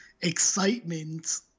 excitement